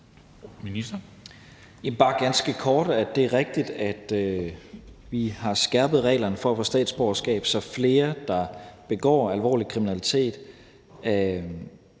Det er rigtigt, at vi har skærpet reglerne for at få statsborgerskab, så flere, der begår alvorlig kriminalitet,